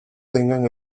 tengan